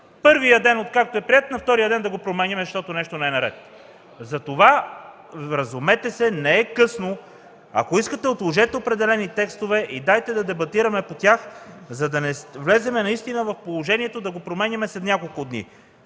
първият ден, откакто е приет, и на втория ден да го променяме, защото нещо не е наред. Вразумете се, не е късно, ако искате, отложете определени текстове и дайте да дебатираме по тях, за да не влезем наистина в положението да го променяме след няколко дни.